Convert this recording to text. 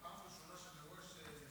זו פעם ראשונה שאני רואה,